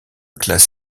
classe